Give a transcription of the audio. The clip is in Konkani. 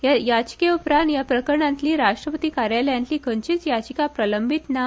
ह्या याचिके उपरांत ह्या प्रकरणातली राष्ट्रपती कार्यालयातली खंयचीच याचिका प्रलंबित ना